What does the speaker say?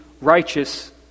righteous